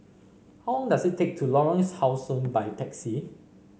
how long does it take to Lorongs How Sun by taxi